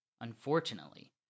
Unfortunately